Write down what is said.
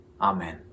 Amen